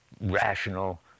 rational